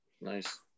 Nice